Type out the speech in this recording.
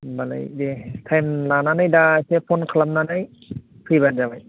होनबा दे टाइम लानानै दा एसे फन खालामनानै फैबानो जाबाय